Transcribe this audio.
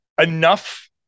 enough